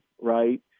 right